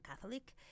Catholic